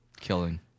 killing